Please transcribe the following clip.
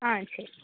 ஆ சரி